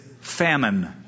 famine